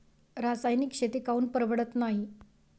रासायनिक शेती काऊन परवडत नाई?